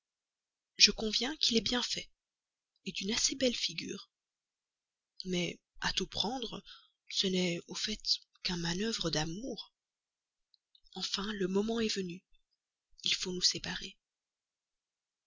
je conviens qu'il est bien fait d'une assez belle figure mais à tout prendre ce n'est au fait qu'un manœuvre d'amour enfin le moment est venu il faut nous séparer